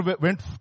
went